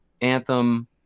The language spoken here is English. Anthem